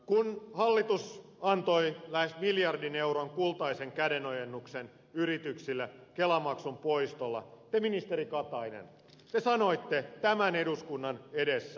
kun hallitus antoi lähes miljardin euron kultaisen kädenojennuksen yrityksille kelamaksun poistolla te ministeri katainen sanoitte tämän eduskunnan edessä